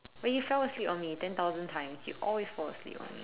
when you fell asleep on me ten thousand times you always fall asleep on me